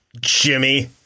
Jimmy